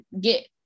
get